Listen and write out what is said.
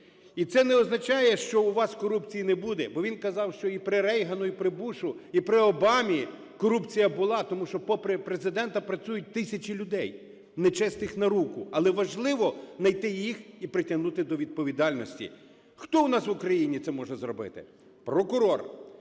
І це не означає, що у вас корупції не буде, бо він казав, що і при Рейгану, і при Бушу, і при Обамі корупція була, тому що, попри Президента, працюють тисячі людей, нечесних на руку. Але важливо найти їх і притягнути до відповідальності. Хто у нас в Україні це може зробити? Прокурор,